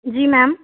जी ma'am